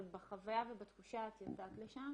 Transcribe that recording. אבל בחוויה ובתחושה את יצאת לשם